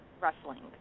wrestling